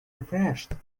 refreshed